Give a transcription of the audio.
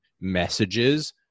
messages